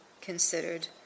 considered